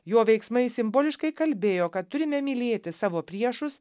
jo veiksmai simboliškai kalbėjo kad turime mylėti savo priešus